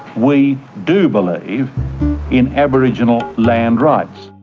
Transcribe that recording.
we do believe in aboriginal land rights.